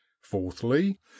fourthly